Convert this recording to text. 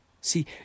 See